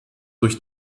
durch